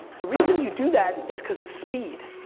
the reason you do that is cause of speed.